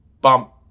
bump